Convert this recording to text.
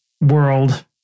world